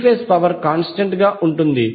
three phase power constant గా ఉంటుంది